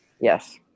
Yes